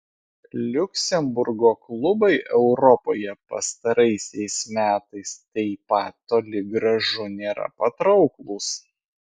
liuksemburgo klubai europoje pastaraisiais metais taip pat toli gražu nėra patrauklūs